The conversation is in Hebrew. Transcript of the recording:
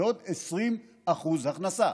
זה עוד 20% הכנסה.